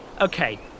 Okay